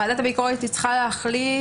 ועדת הביקורת צריכה להחליט.